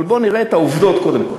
אבל בוא נראה את העובדות קודם כול.